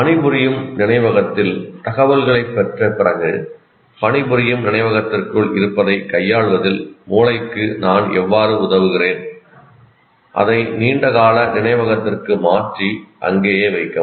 பணிபுரியும் நினைவகத்தில் தகவல்களைப் பெற்ற பிறகு பணிபுரியும் நினைவகத்திற்குள் இருப்பதைக் கையாள்வதில் மூளைக்கு நான் எவ்வாறு உதவுகிறேன் அதை நீண்டகால நினைவகத்திற்கு மாற்றி அங்கேயே வைக்கவும்